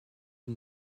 une